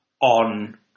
on